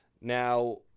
Now